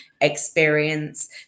experience